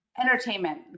Entertainment